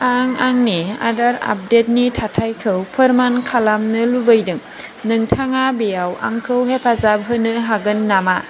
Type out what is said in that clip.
आं आंनि आदार आपडेट नि थाथायखौ फोरमान खालामनो लुबैदों नोंथाङा बेयाव आंखौ हेफाजाब होनो हागोन नामा